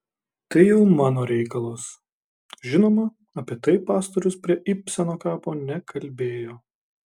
tai jau mano reikalas žinoma apie tai pastorius prie ibseno kapo nekalbėjo